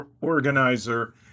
organizer